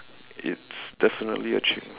it's definitely a ch~